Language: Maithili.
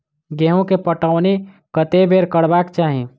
गेंहूँ केँ पटौनी कत्ते बेर करबाक चाहि?